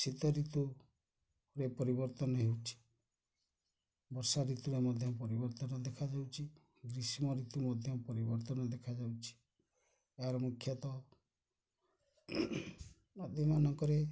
ଶୀତଋତୁରେ ପରିବର୍ତ୍ତନ ହେଉଛି ବର୍ଷାଋତୁରେ ମଧ୍ୟ ପରିବର୍ତ୍ତନ ଦେଖାଯାଉଛି ଗ୍ରୀଷ୍ମଋତୁ ମଧ୍ୟ ପରିବର୍ତ୍ତନ ଦେଖାଯାଉଛି ଏହାର ମୁଖ୍ୟତଃ ନଦୀମାନଙ୍କରେ